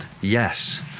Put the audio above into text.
yes